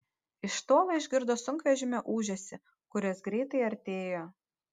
iš tolo išgirdo sunkvežimio ūžesį kuris greitai artėjo